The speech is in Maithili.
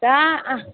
तैँ